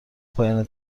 پایان